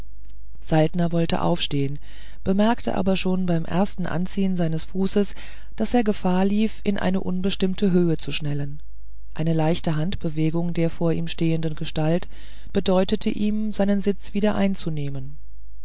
saltner wollte aufstehen bemerkte aber schon beim ersten anziehen seines fußes daß er gefahr lief in eine unbestimmte höhe zu schnellen eine leichte handbewegung der vor ihm stehenden gestalt bedeutete ihm seinen sitz wieder einzunehmen